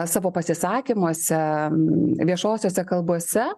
savo pasisakymuose viešosiose kalbose